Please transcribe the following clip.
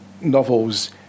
novels